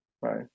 right